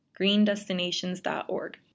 greendestinations.org